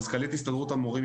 מזכ"לית הסתדרות המורים,